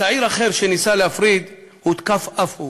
צעיר אחר, שניסה להפריד, הותקף אף הוא.